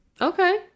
Okay